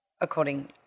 according